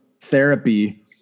therapy